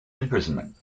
imprisonment